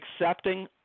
accepting